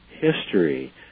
history